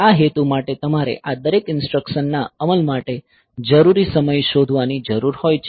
આ હેતુ માટે તમારે આ દરેક ઇન્સટ્રકસનના અમલ માટે જરૂરી સમય શોધવાની જરૂર હોય છે